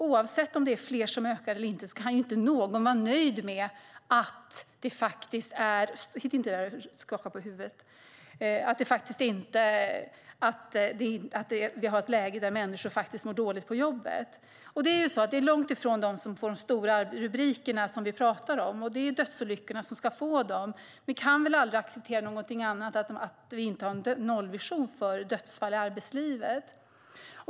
Oavsett om antalet ökar eller inte kan väl ingen vara nöjd med att vi har ett läge där människor mår dåligt på jobbet. Det är inte de som får de stora rubrikerna som vi talar om. Men dödsolyckorna borde få det. Vi kan aldrig acceptera något annat än en nollvision för dödsfall i arbetslivet.